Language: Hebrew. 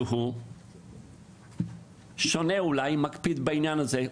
אני אוכל משהו אחר ממה שאני